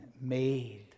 made